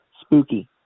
spooky